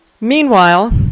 Meanwhile